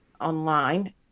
online